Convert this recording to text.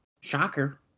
Shocker